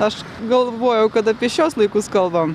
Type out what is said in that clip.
aš galvojau kad apie šiuos laikus kalbam